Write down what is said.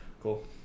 Cool